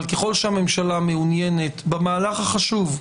אבל ככל שהממשלה מעוניינת במהלך החשוב,